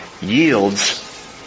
yields